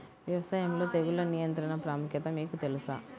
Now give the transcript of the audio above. వ్యవసాయంలో తెగుళ్ల నియంత్రణ ప్రాముఖ్యత మీకు తెలుసా?